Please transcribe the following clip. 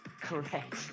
correct